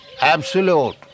absolute